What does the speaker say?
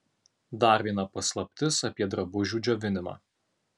dar viena paslaptis apie drabužių džiovinimą